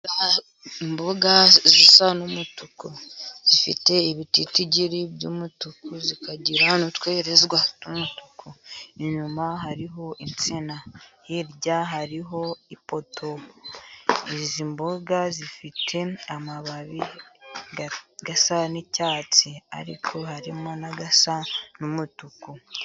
Imboga zisa numutuku zifite ibititigirituku zikagiratwerezwa umutuku inyuma hariho insina hirya hariho ifoto izi mboga zifite amababi gasa niicyatsi ariko harimo n'agasa n'umutuku.